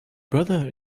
brother